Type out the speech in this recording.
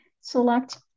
select